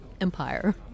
empire